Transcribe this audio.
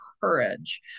courage